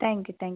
thank you thank